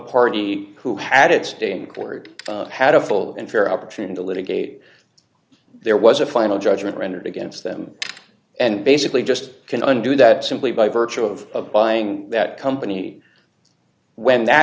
party who had its day in court and had a full and fair opportunity to litigate there was a final judgment rendered against them and basically just can undo that simply by virtue of buying that company when that